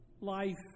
life